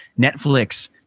Netflix